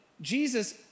Jesus